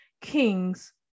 kings